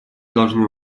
должны